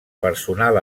personal